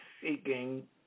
seeking